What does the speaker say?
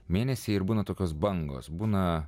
mėnesiai ir būna tokios bangos būna